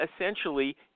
essentially